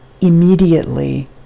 immediately